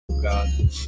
God